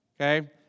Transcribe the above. Okay